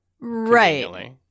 Right